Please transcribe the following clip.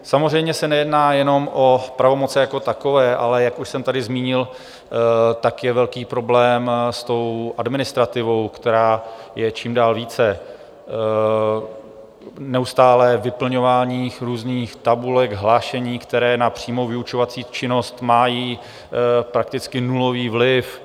Samozřejmě se nejedná o pravomoce jako takové, ale jak už jsem tady zmínil, je velký problém s administrativou, které je čím dál více neustálé vyplňování různých tabulek, hlášení, které na přímou vyučovací činnost mají prakticky nulový vliv.